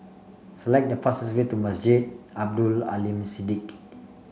select the fastest way to Masjid Abdul Aleem Siddique